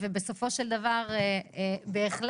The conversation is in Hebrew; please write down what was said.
ובסופו של דבר בהחלט,